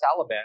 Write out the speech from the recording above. Taliban